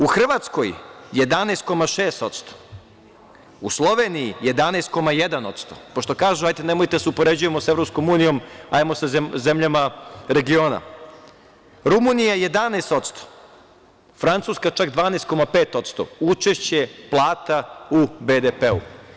U Hrvatskoj 11,6%, u Sloveniji 11,1%, pošto kažu – nemojte da se upoređujemo sa EU, hajdemo sa zemljama regiona, Rumunija 11%, Francuska čak 12,5% učešće plata u BDP.